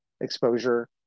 exposure